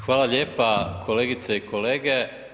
Hvala lijepa kolegice i kolege.